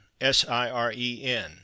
S-I-R-E-N